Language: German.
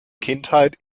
kindheit